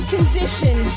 Condition